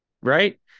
right